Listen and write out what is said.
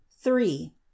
Three